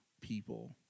people